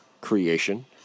creation